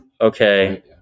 Okay